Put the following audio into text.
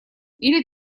или